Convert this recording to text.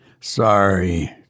Sorry